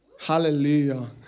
Hallelujah